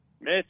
Miss